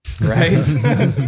right